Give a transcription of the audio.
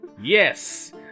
Yes